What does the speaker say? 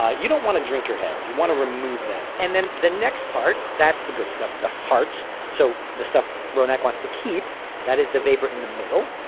ah you don't want to drink your heads. you want to remove that and then the next part that's the good stuff the hearts. so the stuff ronak wants to keep that is the vapor in the middle.